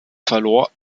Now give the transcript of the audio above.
verlor